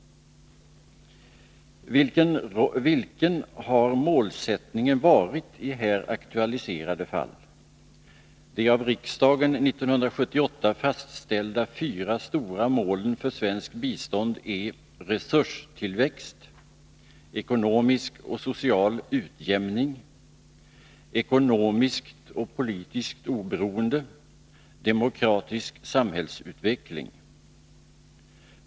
Vilken har målsättningen varit i här aktualiserade fall? De av riksdagen 1978 fastställda fyra stora målen för svenskt bistånd är: resurstillväxt, ekonomisk och social utjämning, ekonomiskt och politiskt oberoende samt demokratisk samhällsutveckling.